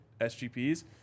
SGPs